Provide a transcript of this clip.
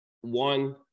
one